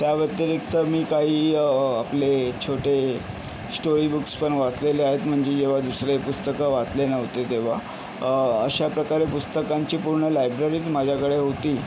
त्या व्यतिरिक्त मी काही आपले छोटे स्टोरी बुक्स पण वाचलेले आहेत म्हणजे जेव्हा दुसरे पुस्तकं वाचले नव्हते तेव्हा अशाप्रकारे पुस्तकांची पूर्ण लायब्ररीच माझ्याकडे होती